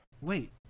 Wait